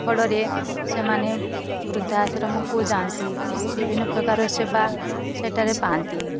ଫଳରେ ସେମାନେ ବୃଦ୍ଧା ଆଶ୍ରମକୁ ଯାଆନ୍ତି ବିଭିନ୍ନ ପ୍ରକାରର ସେବା ସେଠାରେ ପାଆନ୍ତି